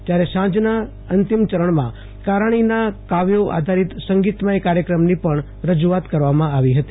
જયારે સાંજના અંતિમ ચરણમાં કારાણીના કાવ્યો આધારિત સંગીતમથ કાર્યક્રમની પણ રજૂઆત કરવામાં આવી હતી